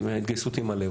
התגייסות עם הלב.